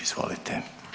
Izvolite.